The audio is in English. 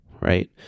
right